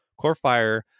Corefire